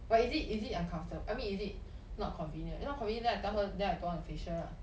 but is it is it uncomfortable I mean is it not convenient if not convenient then I tell her then I don't want the facial lah